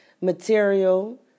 material